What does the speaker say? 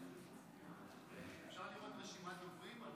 אפשר לראות רשימת דוברים?